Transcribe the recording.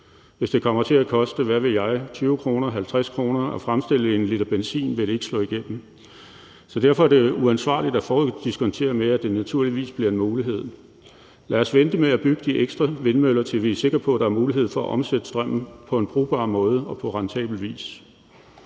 Hvis det kommer til at koste – hvad ved jeg? – 20 kr. eller 50 kr. at fremstille 1 l benzin, vil det ikke slå igennem, så derfor er det uansvarligt at foruddiskontere med, at det naturligvis bliver en mulighed. Lad os vente med at bygge de ekstra vindmøller, til vi er sikre på, at der er mulighed for at omsætte strømmen på en brugbar måde og på rentabel vis.